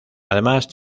además